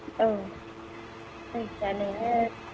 औ जायखिया नोङो